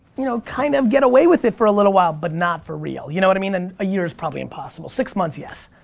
you know, kind of get away with it for a little while but not for real. you know and i mean? and a year is probably impossible. six months, yes.